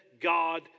God